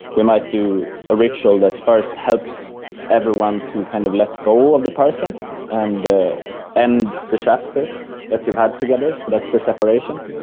we might do a ritual that first helps everyone to kind of let go of the person and end the chapter that you've had together, so that's the separation.